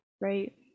right